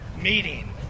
meeting